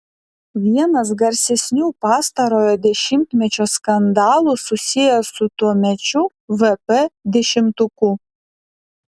vienas garsesnių pastarojo dešimtmečio skandalų susijęs su tuomečiu vp dešimtuku